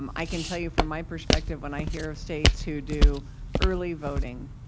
um i can tell you from my perspective when i hear of states who do early voting,